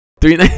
Three